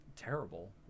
terrible